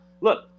look